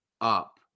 up